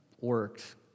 works